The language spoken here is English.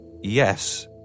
yes